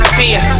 fear